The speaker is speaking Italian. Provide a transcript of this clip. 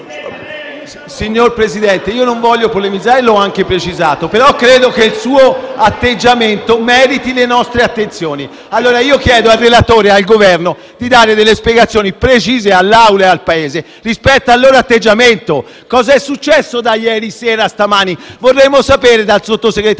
Signor Presidente, io non voglio polemizzare e l'ho anche precisato, ma credo che il suo atteggiamento meriti le nostre attenzioni. Io chiedo al relatore e al rappresentante del Governo di dare delle spiegazioni precise all'Assemblea e al Paese rispetto al loro atteggiamento: cosa è successo da ieri sera a stamattina? Vorremmo sapere dal Sottosegretario